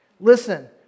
Listen